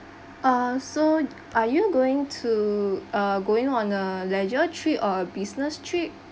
uh so are you going to uh going on a leisure trip or a business trip